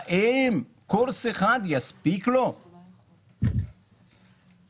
האם קורס אחד יספיק לבית הספר הזה?